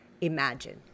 imagine